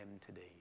today